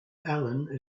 allen